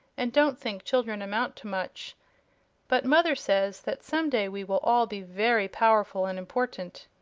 and don't think children amount to much but mother says that some day we will all be very powerful and important.